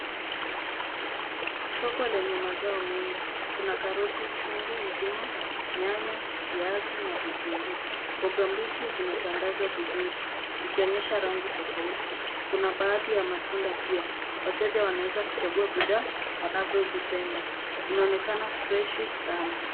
Soko lenye mazao mengi. Kuna karoti chungu nzima, nyanya, viazi na vitunguu. Mboga mbichi zimetandazwa vizuri zikionyesha rangi tofauti. Kuna baadhi ya matunda pia. Wateja wanaweza kuchagua bidhaa wanazozipenda. Inaonekana freshi sana.